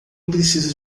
preciso